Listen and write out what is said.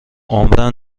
عمرا